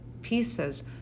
pieces